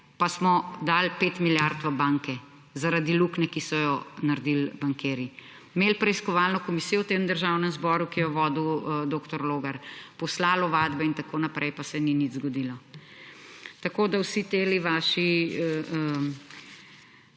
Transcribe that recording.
pa smo dali 5 milijard v banke zaradi luknje, ki so jo naredili bankirji. Imeli preiskovalno komisijo v tem Državnem zboru, ki jo je vodil dr. Logar, poslali ovadbe in tako naprej, pa se ni nič zgodilo. Tako da vsi ti vaši